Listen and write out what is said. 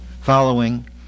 following